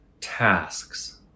tasks